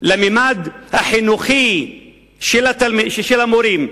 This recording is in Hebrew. על הממד החינוכי של המורים,